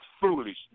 foolishness